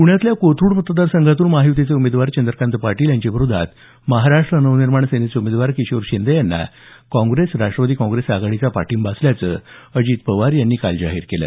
पुण्यातल्या कोथरुड मतदार संघातून महायुतीचे उमेदवार चंद्रकांत पाटील यांच्याविरोधात महाराष्ट्र नवनिर्माण सेनेचे उमेदवार किशोर शिंदे यांना काँग्रेस राष्ट्रवादी काँग्रेस आघाडीचा पाठिंबा असल्याचं अजित पवार यांनी काल जाहीर केलं